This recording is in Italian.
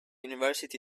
university